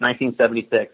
1976